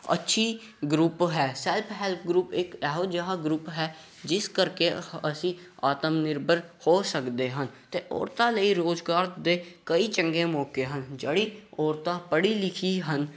ਅੱਛੀ ਗਰੁੱਪ ਹੈ self help group ਇੱਕ ਇਹੋ ਜਿਹਾ ਗਰੁੱਪ ਹੈ ਜਿਸ ਕਰਕੇ ਅਸੀਂ ਆਤਮ ਨਿਰਭਰ ਹੋ ਸਕਦੇ ਹਾਂ ਅਤੇ ਔਰਤਾਂ ਲਈ ਰੁਜ਼ਗਾਰ ਦੇ ਕਈ ਚੰਗੇ ਮੌਕੇ ਹਨ ਜਿਹੜੀ ਔਰਤਾਂ ਪੜ੍ਹੀ ਲਿਖੀ ਹਨ